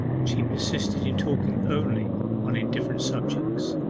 she persisted in talking only on indifferent subjects.